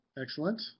Excellent